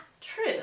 true